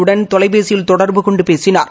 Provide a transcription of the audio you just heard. வுடன் தொலைபேசியில் தொடர்பு கொண்டு பேசினார்